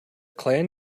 clan